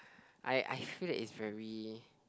I I feel that is very